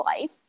life